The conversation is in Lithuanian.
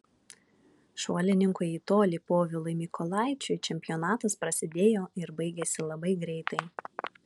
šuolininkui į tolį povilui mykolaičiui čempionatas prasidėjo ir baigėsi labai greitai